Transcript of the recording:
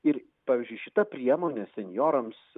ir pavyzdžiui šita priemonė senjorams